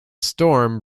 storm